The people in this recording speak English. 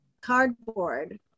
cardboard